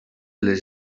les